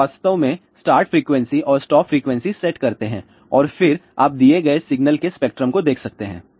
आप वास्तव में स्टार्ट फ़्रीक्वेंसी और स्टॉप फ़्रीक्वेंसी सेट करते हैं और फिर आप दिए गए सिग्नल के स्पेक्ट्रम को देख सकते हैं